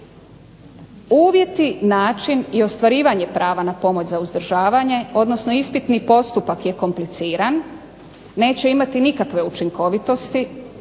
Uvjeti, način i ostvarivanje prava na pomoć za uzdržavanje odnosno ispitni postupak je kompliciran, neće imati nikakve učinkovitosti